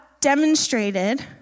demonstrated